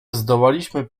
zdołaliśmy